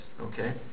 okay